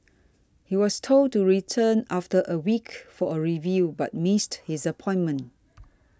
he was told to return after a week for a review but missed his appointment